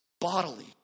bodily